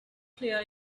clear